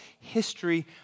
history